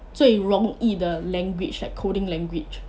最容易的 language right coding language